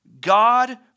God